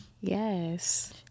Yes